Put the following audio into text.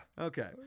Okay